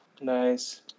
Nice